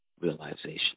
realization